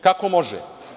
Kako može?